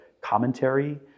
commentary